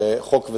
לחוק וסדר,